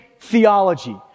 theology